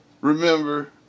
Remember